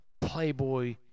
playboy